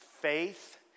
faith